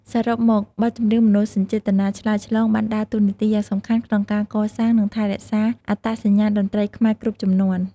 សរុបមក បទចម្រៀងមនោសញ្ចេតនាឆ្លើយឆ្លងបានដើរតួនាទីយ៉ាងសំខាន់ក្នុងការកសាងនិងថែរក្សាអត្តសញ្ញាណតន្ត្រីខ្មែរគ្រប់ជំនាន់។